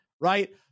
right